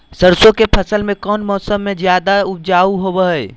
सरसों के फसल कौन मौसम में ज्यादा उपजाऊ होबो हय?